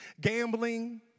Gambling